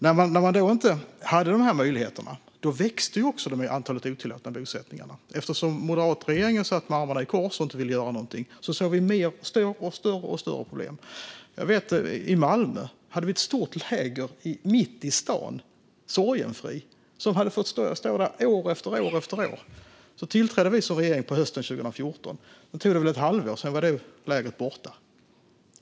När man inte hade dessa möjligheter växte antalet otillåtna bosättningar. Eftersom moderatregeringen satt med armarna i kors och inte ville göra någonting såg vi större och större problem. I Malmö hade vi ett stort läger mitt i stan, Sorgenfri, som hade fått stå där år efter år. Vi tillträde som regering på hösten 2014. Det tog väl ett halvår, sedan var det lägret borta.